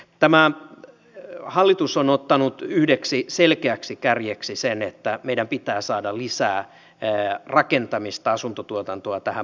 tämä hallitus on ottanut yhdeksi selkeäksi kärjeksi sen että meidän pitää saada lisää rakentamista asuntotuotantoa tähän maahan